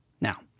Now